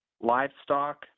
livestock